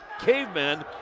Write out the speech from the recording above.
Cavemen